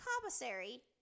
commissary